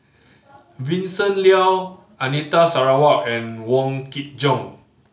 Vincent Leow Anita Sarawak and Wong Kin Jong